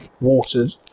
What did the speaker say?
watered